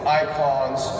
icons